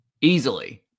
Easily